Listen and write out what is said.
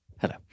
hello